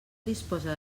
disposa